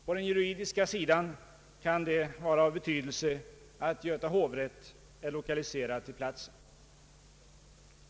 På den juridiska sidan kan det vara av betydelse att Göta hovrätt är lokaliserad till platsen.